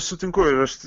sutinku ir aš